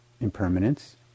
impermanence